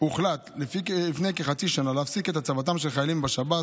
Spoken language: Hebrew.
הוחלט לפני כחצי שנה להפסיק את הצבתם של חיילים בשב"ס.